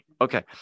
okay